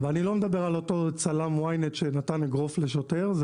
ואני לא מדבר על אותו צלם Y-net שנתן אגרף לשוטר,